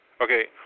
Okay